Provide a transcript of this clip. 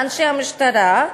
לאנשי המשטרה,